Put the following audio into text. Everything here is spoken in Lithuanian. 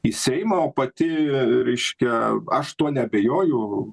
į seimą o pati reiškia aš tuo neabejoju